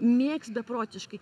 mėgs beprotiškai